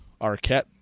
Arquette